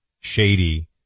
shady